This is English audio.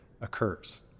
occurs